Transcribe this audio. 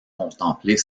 contempler